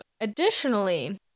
Additionally